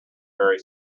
very